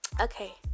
Okay